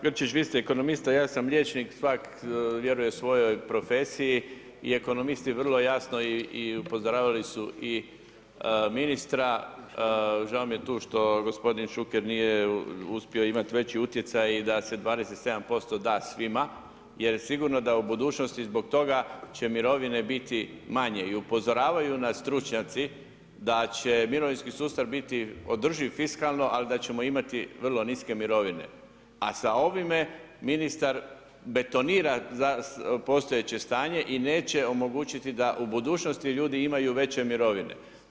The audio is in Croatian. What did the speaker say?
Kolega Grčić, vi ste ekonomista, ja sam liječnik, svak vjeruje svojoj profesiji, i ekonomisti vrlo jasno i upozoravali su i ministra, žao mi je tu što gospodin Šuker nije uspio imati veći utjecaj i da se 27% da svima jer sigurno da u budućnosti zbog toga će mirovine biti manje i upozoravaju nas stručnjaci da će mirovinski sustav biti održiv fiskalno, ali da ćemo imati vrlo niske mirovine, a sa ovime ministar betonira postojeće stanje i neće omogućiti da u budućnosti ljudi imaju veće mirovine.